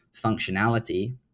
functionality